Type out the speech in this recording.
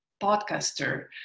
podcaster